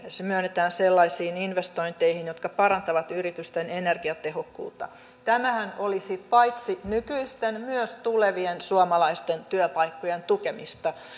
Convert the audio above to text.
se myönnetään sellaisiin investointeihin jotka parantavat yritysten energiatehokkuutta tämähän olisi paitsi nykyisten myös tulevien suomalaisten työpaikkojen tukemista